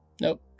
Nope